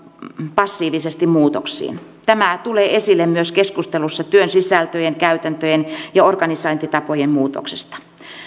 passiivisesti muutoksiin tämä tulee esille myös keskustelussa työn sisältöjen käytäntöjen ja organisointitapojen muutoksesta